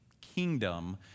kingdom